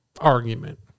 argument